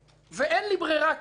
ואין לי ברירה כרגע.